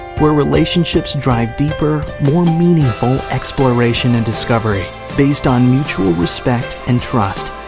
where relationships drive deeper, more meaningful exploration and discovery based on mutual respect and trust.